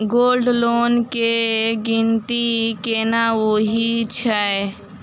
Gold loan केँ गिनती केना होइ हय?